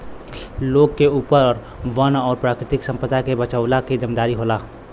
लोग के ऊपर वन और प्राकृतिक संपदा के बचवला के जिम्मेदारी होला